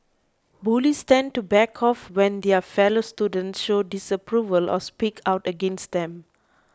bullies tend to back off when their fellow students show disapproval or speak out against them